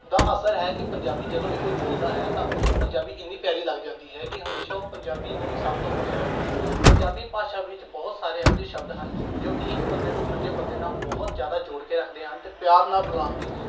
ਦਾ ਅਸਰ ਹੈ ਕਿ ਪੰਜਾਬੀ ਜਦੋਂ ਵੀ ਕੋਈ ਬੋਲਦਾ ਹੈ ਤਾਂ ਉਸਨੂੰ ਪੰਜਾਬੀ ਇੰਨੀ ਪਿਆਰੀ ਲੱਗ ਜਾਂਦੀ ਹੈ ਕਿ ਹਮੇਸ਼ਾ ਉਹ ਪੰਜਾਬੀ ਨੂੰ ਹੀ ਸਭ ਤੋਂ ਉੱਤੇ ਰੱਖਦਾ ਹੈ ਪੰਜਾਬੀ ਭਾਸ਼ਾ ਵਿੱਚ ਬਹੁਤ ਸਾਰੇ ਇਹੋ ਜਿਹੇ ਸ਼ਬਦ ਹਨ ਜੋ ਕਿ ਇੱਕ ਬੰਦੇ ਨੂੰ ਦੂਜੇ ਬੰਦੇ ਨਾਲ ਬਹੁਤ ਜ਼ਿਆਦਾ ਜੋੜ ਕੇ ਰੱਖਦੇ ਹਨ ਅਤੇ ਪਿਆਰ ਨਾਲ ਬੁਲਾਉਣ ਦੀ